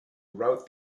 rout